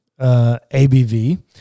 ABV